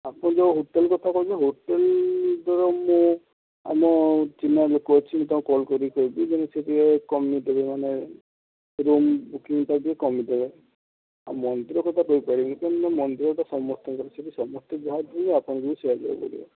ଆପଣ ଯେଉଁ ହୋଟେଲ୍ କଥା କହୁଛନ୍ତି ହୋଟେଲ୍ ତ ମୁଁ ଆମ ଚିହ୍ନା ଲୋକ ଅଛି ମୁଁ ତାଙ୍କୁ କଲ୍ କରି କହିବି ଦେନ୍ ସିଏ ଟିକେ କମେଇଦେବେ ମାନେ ରୁମ୍ ବୁକିଙ୍ଗ୍ଟା ଟିକେ କମେଇଦେବେ ଆଉ ମନ୍ଦିର କଥା କହିପାରିବିନି କାହିଁକି ନା ମନ୍ଦିର ତ ସମସ୍ତଙ୍କର ସେ ବି ସମସ୍ତେ ଯାହା ଦେବେ ଆପଣଙ୍କୁ ବି ସେଇଆ ଦେବାକୁ ପଡ଼ିବ